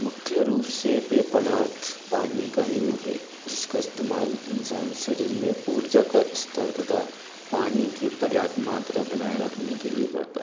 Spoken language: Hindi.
मुख्य रूप से पे पदार्थ पानी का ही रूप है जिसका इस्तेमाल इंसान शरीर में ऊर्जा का स्तर तथा पानी की पर्याप्त मात्रा बनाए रखने के लिए करता